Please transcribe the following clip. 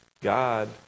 God